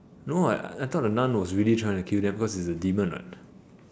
no what I thought the nun was really trying to kill them because it is a demon what